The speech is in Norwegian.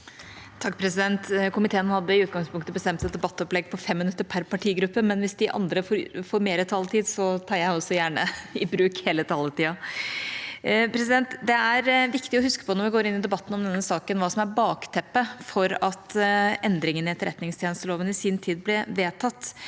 Komiteen hadde i utgangspunktet bestemt et debattopplegg på 5 minutter per partigruppe, men hvis de andre får mer taletid, tar jeg også gjerne i bruk hele taletida. Det er viktig å huske på når vi går inn i debatten om denne saken, hva som er bakteppet for at endringene i etterretningstjenesteloven i sin tid ble vedtatt.